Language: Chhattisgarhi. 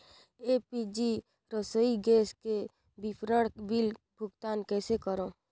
एल.पी.जी रसोई गैस के विवरण बिल भुगतान कइसे करों?